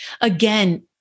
Again